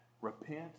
Repent